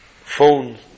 phone